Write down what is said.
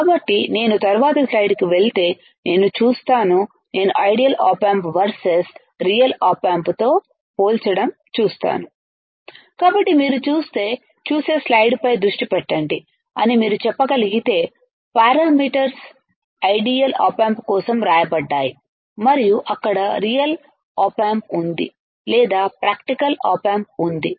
కాబట్టి నేను తరువాతి స్లైడ్కు వెళ్తే నేను చూస్తాను నేను ideal op amp versus real op ఆంప్తో పోల్చడం చూస్తాను కాబట్టి మీరు చూసే స్లైడ్ పై దృష్టి పెట్టండి అని మీరు చెప్పగలిగితే పారామీటర్స్ ఐడియల్ ఆప్ ఆంప్ కోసం రాయబడ్డాయుమరియు అక్కడ రియల్ ఆప్ ఆంప్ ఉంది లేదా ప్రాక్టికల్ ఆప్ ఆంప్ ఉంది